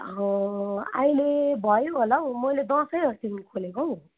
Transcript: अहो अहिले भयो होला हौ मैले दसैँहरूदेखि खोलेको हौ